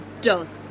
Dos